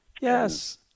Yes